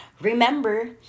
Remember